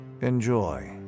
Enjoy